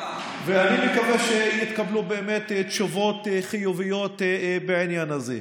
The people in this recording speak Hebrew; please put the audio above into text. ואני מקווה שיתקבלו תשובות חיוביות בעניין הזה.